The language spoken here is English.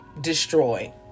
Destroy